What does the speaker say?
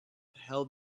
held